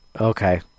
Okay